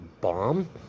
bomb